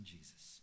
Jesus